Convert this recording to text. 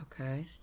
Okay